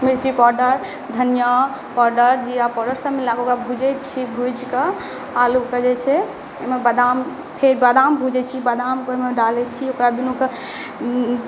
मिर्ची पाउडर धनियाँ पाउडर जीरा पाउडर सब मीला कऽ ओकरा भुजै छी भुजि कऽ आलु के जे छै ओहिमे बादाम फेर बादाम भुजै छी बादाम ओहिमे डालै छी ओकरा दुनू के